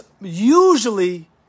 usually